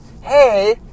hey